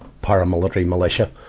paramilitary militia,